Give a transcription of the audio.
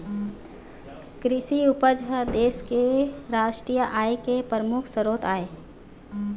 कृषि उपज ह देश के रास्टीय आय के परमुख सरोत आय